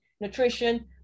nutrition